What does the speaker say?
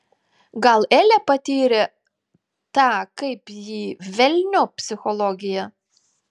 gal elė patyrė tą kaip jį velniop psichologiją